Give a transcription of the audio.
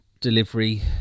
delivery